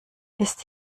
ist